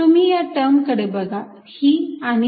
तुम्ही या टर्म कडे बघा ही आणि ही